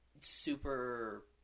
super